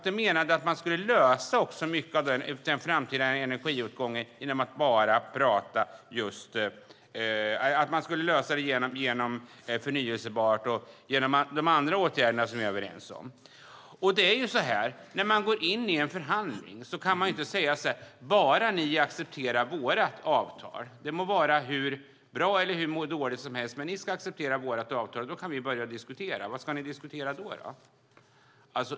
De menade att man skulle lösa mycket av den framtida energiåtgången genom förnybart och de andra åtgärderna som vi är överens om. När man går in i en förhandling kan man inte säga så här: Bara ni accepterar vårt avtal - det må vara hur bra eller hur dåligt som helst - kan vi börja diskutera. Vad ska ni diskutera då?